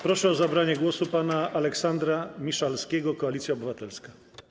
Proszę o zabranie głosu pana Aleksandra Miszalskiego, Koalicja Obywatelska.